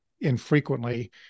infrequently